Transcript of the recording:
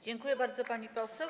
Dziękuję bardzo, pani poseł.